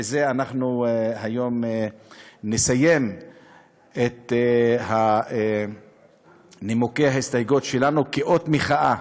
ובזה אנחנו היום נסיים את נימוקי ההסתייגויות שלנו כאות מחאה